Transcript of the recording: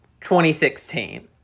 2016